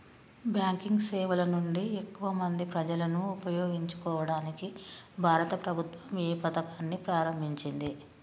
Banking సేవల నుండి ఎక్కువ మంది ప్రజలను ఉపయోగించుకోవడానికి భారత ప్రభుత్వం ఏ పథకాన్ని ప్రారంభించింది?